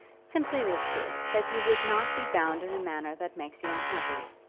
simply this good, that you would not be bound in a manner that makes you unhappy.